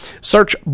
Search